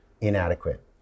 inadequate